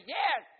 yes